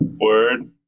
word